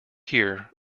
here